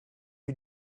you